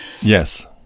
Yes